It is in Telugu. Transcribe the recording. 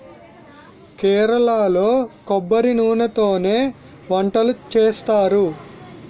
కేరళలో కొబ్బరి నూనెతోనే వంటలు చేస్తారు